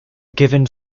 given